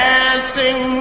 Dancing